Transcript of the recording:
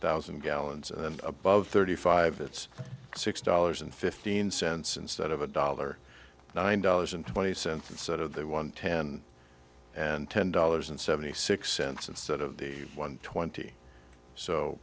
thousand gallons and above thirty five it's six dollars and fifteen cents instead of a dollar nine dollars and twenty cents out of their one ten and ten dollars and seventy six cents instead of the one twenty so